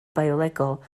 biolegol